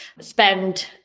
spend